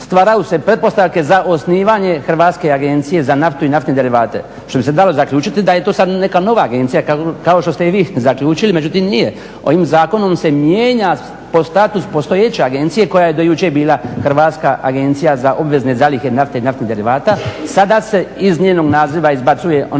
stvaraju se pretpostavke za osnivanje Hrvatske agencije za naftu i naftne derivata što bi se dalo zaključiti da je to sad neka nova agencija kao što ste i vi zaključili. Međutim, nije. Ovim zakonom se mijenja status postojeće agencije koja je do jučer bila Hrvatska agencija za obvezne zalihe nafte i naftnih derivata. Sada se iz njenog naziva izbacuje onaj